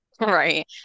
Right